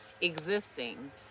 existing